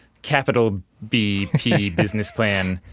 capital b p business plan?